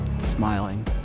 smiling